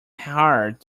hard